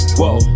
whoa